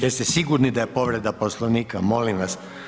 Jeste sigurni da je povreda Poslovnika, molim vas?